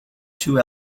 two